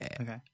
Okay